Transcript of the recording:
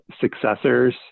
successors